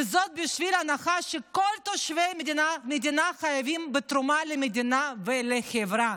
בשל ההנחה שכל תושבי המדינה חייבים בתרומה למדינה ולחברה.